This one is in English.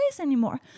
anymore